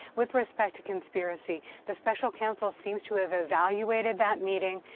with respect to conspiracy, the special counsel seems to have evaluated that meeting,